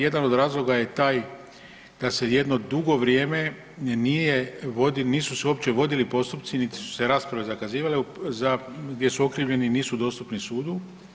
Jedan od razloga je taj da se jedno dugo vrijeme nisu se uopće vodili postupci, niti su se rasprave zakazivale gdje okrivljeni nisu dostupni sudu.